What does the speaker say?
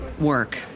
work